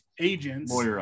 agents